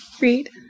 read